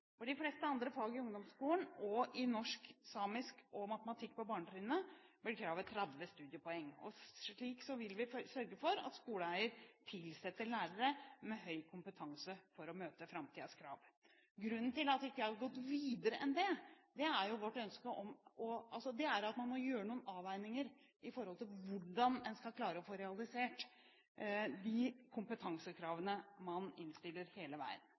For de fleste andre fag i ungdomsskolen og i norsk/samisk og matematikk på barnetrinnet blir kravet 30 studiepoeng. Slik vil vi sørge for at skoleeier tilsetter lærere med høy kompetanse for å møte framtidens krav. Grunnen til at jeg ikke har gått lenger enn det, er at man må gjøre noen avveininger om hvordan man skal klare å realisere de kompetansekravene man innstiller hele veien.